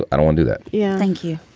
i don't do that. yeah. thank you.